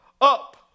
up